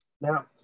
Now